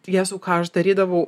jezau ką aš darydavau